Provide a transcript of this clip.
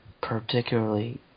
Particularly